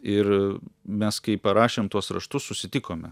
ir mes kai parašėm tuos raštus susitikome